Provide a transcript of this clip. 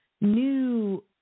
new